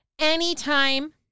Anytime